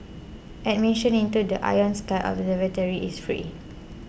admission into the Ion Sky observatory is free